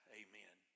amen